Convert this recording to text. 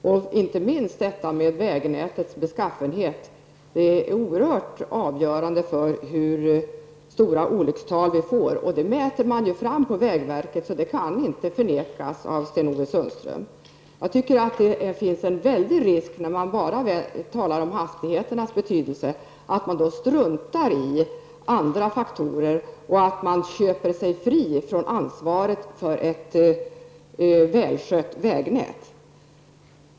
Och det gäller inte minst vägnätets beskaffenhet. Det är oerhört avgörande för hur stora olyckstal vi får. Detta mäter man på vägverket. Därför kan det inte förnekas av Sten-Ove Sundström. När man bara talar om hastigheternas betydelse finns det en stor risk för att man struntar i andra faktorer och att man köper sig fri från ansvaret för ett välskött vägnät.